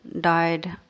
died